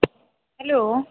hello